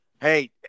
Hey